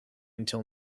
until